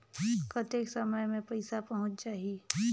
कतेक समय मे पइसा पहुंच जाही?